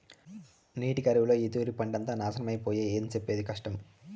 నీటి కరువుతో ఈ తూరి పంటంతా నాశనమై పాయె, ఏం సెప్పేది కష్టం